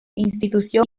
institución